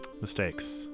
Mistakes